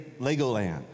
Legoland